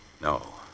No